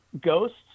ghosts